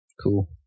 cool